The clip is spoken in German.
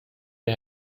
ihr